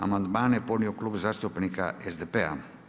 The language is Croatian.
Amandmane je podnio Klub zastupnika SDP-a.